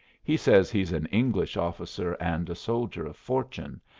he says he's an english officer, and soldier of fortune,